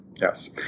Yes